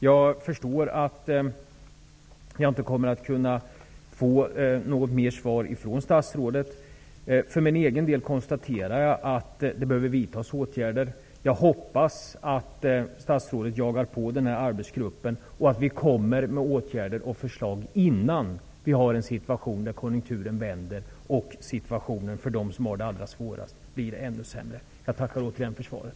Jag förstår att jag inte kommer att kunna få något mer svar från statsrådet. För min egen del konstaterar jag att det behöver vidtas åtgärder. Jag hoppas att statsrådet jagar på arbetsgruppen och kommer med åtgärder och förslag innan konjunkturen vänder och situationen för dem som har det allra svårast blir ännu sämre. Jag tackar återigen för svaret.